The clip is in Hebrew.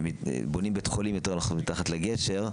בונים בית חולים יותר נכון מתחת לגשר,